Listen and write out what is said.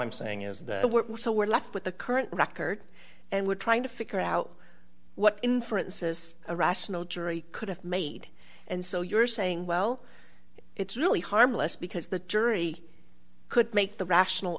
i'm saying is that we're so we're left with the current record and we're trying to figure out what inferences a rational jury could have made and so you're saying well it's really harmless because the jury could make the rational